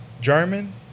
german